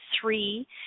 three